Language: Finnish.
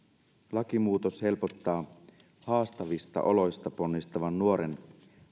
lakimuutos helpottaa haastavista oloista ponnistavan nuoren